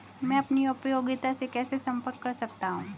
मैं अपनी उपयोगिता से कैसे संपर्क कर सकता हूँ?